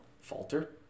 falter